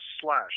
Slash